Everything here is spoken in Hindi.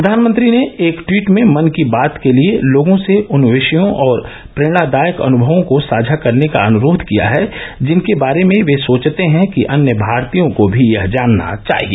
प्रधानमंत्री ने एक ट्वीट में मन की बात के लिए लोगों से उन विषयों और प्रेरणादायक अनुभवों को साझा करने का अनुरोध किया है जिनके बारे में वे सोचते हैं कि अन्य भारतीयों को भी यह जानना चाहिए